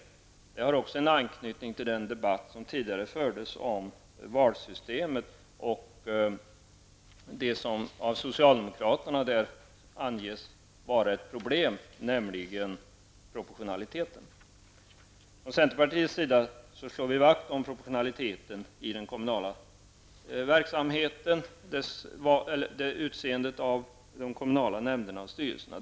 Detta har också en anknytning till den debatt som tidigare fördes om valsystemet och det som av socialdemokraterna anses vara ett problem, nämligen proportionaliteten. Från centerpartiets sida slår vi vakt om proportionaliteten i den kommunala verksamheten när man utser de kommunala nämnderna och styrelserna.